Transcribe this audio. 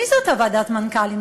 מי זאת ועדת המנכ"לים?